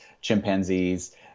chimpanzees